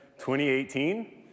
2018